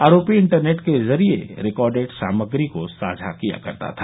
आरोपी इन्टरनेट के जरिए रिकॉर्डड सामग्री को साझा किया करता था